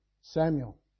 Samuel